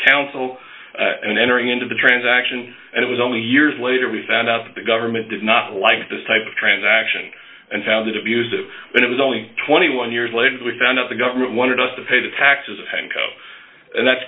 counsel and entering into the transaction and it was only years later we found out that the government did not like this type of transaction and found it abusive and it was only twenty one years later we found out the government wanted us to pay the taxes of handcuffs and that's